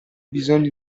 bisogni